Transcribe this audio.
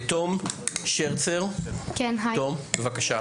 תום שרצר-בר, בבקשה.